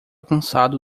cansado